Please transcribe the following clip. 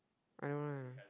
I don't want